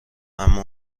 اما